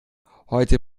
heute